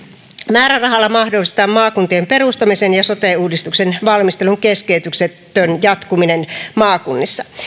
määrärahalla mahdollistetaan maakuntien perustamisen ja sote uudistuksen valmistelun keskeytyksetön jatkuminen maakunnissa